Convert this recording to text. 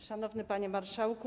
Szanowny Panie Marszałku!